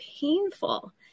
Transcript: painful